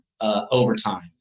overtime